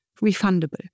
refundable